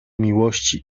miłości